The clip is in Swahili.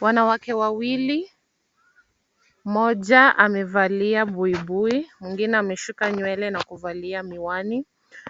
Wanawake wawili, mmoja amevalia buibui, mwingine ameshuka nywele na kuvalia miwani,